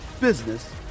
business